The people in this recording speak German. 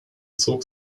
zog